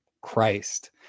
Christ